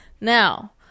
Now